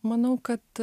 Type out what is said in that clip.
manau kad